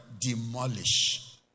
demolish